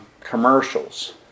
commercials